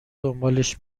دنبالش